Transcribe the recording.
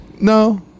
No